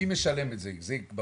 מי משלם את זה, זה ברור?